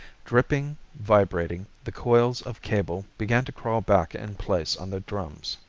dripping, vibrating, the coils of cable began to crawl back in place on the drums.